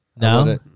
No